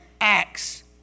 Acts